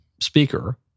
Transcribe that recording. speaker